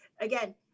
again